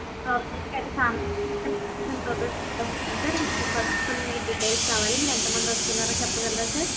okay sir first of all మీ details కావాలి మీరు ఎంత మంది వస్తున్నారో చెప్పగలరా సార్